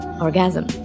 orgasm